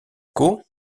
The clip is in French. caux